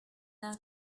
now